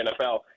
NFL